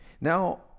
Now